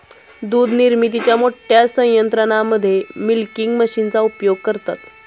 दूध निर्मितीच्या मोठ्या संयंत्रांमध्ये मिल्किंग मशीनचा उपयोग करतात